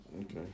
Okay